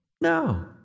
No